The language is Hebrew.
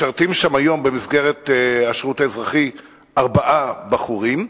משרתים שם היום במסגרת השירות האזרחי ארבעה בחורים.